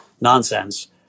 nonsense